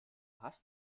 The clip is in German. hast